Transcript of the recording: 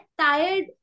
tired